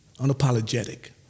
Unapologetic